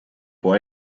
può